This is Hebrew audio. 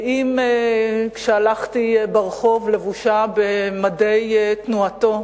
ואם כשהלכתי ברחוב לבושה במדי תנועתו,